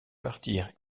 partir